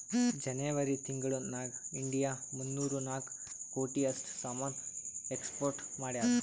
ಜನೆವರಿ ತಿಂಗುಳ್ ನಾಗ್ ಇಂಡಿಯಾ ಮೂನ್ನೂರಾ ನಾಕ್ ಕೋಟಿ ಅಷ್ಟ್ ಸಾಮಾನ್ ಎಕ್ಸ್ಪೋರ್ಟ್ ಮಾಡ್ಯಾದ್